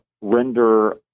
render